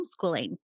homeschooling